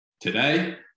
Today